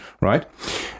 Right